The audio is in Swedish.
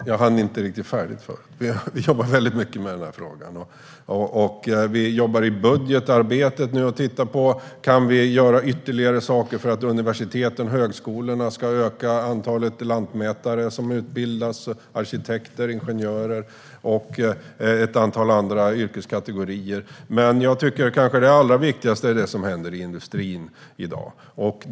Herr talman! Jag hann inte riktigt färdigt i mitt förra anförande. Vi jobbar väldigt mycket med denna fråga. Vi jobbar i budgetarbetet nu och tittar på: Kan vi göra ytterligare saker för att universiteten och högskolorna ska öka antalet utbildade lantmätare, arkitekter, ingenjörer och ett antal andra yrkeskategorier? Men jag tycker kanske att det allra viktigaste är det som händer i industrin i dag.